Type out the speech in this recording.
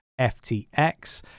FTX